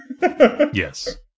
Yes